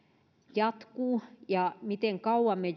jatkuu ja miten kauan me